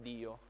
Dio